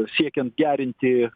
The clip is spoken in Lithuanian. siekiant gerinti